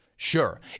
Sure